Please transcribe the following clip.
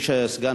הסביבה.